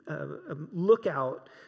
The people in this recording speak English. lookout